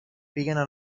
πήγαινα